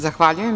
Zahvaljujem.